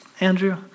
Andrew